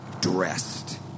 dressed